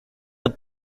the